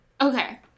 Okay